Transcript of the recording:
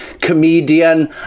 comedian